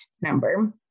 number